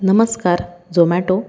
नमस्कार झोमॅटो